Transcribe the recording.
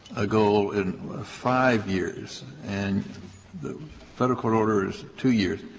a goal in five years and the federal court order is two years,